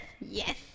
Yes